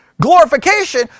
glorification